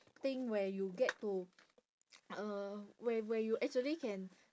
thing where you get to uh where where you can actually can